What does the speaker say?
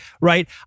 right